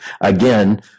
again